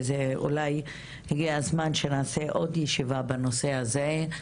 ואולי הגיע הזמן שנערוך עוד ישיבה בנושא הזה,